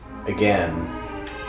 again